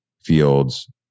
Fields